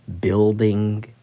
building